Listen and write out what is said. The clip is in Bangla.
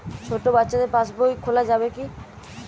ছোট বাচ্চাদের পাশবই খোলা যাবে কি?